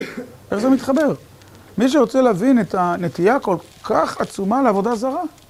איך זה מתחבר? מי שרוצה להבין את הנטייה הכל כך עצומה לעבודה זרה...